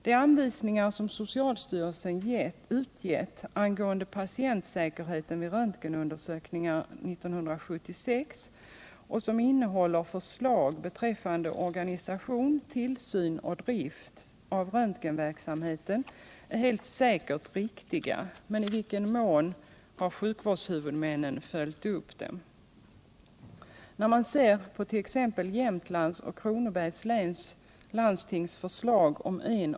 De anvisningar som socialstyrelsen 1976 utgivit angående patientsäkerheten vid röntgenundersökningar och som innehåller förslag beträffande organisation, tillsyn och drift av röntgenverksamheten är helt säkert riktiga. Men i vilken mån har sjukvårdshuvudmännen följt dem? När man ser på det förslag om enoch tvåveckorsutbildning som avi serats it.ex.